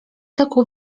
taką